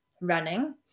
running